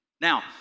Now